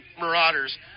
Marauders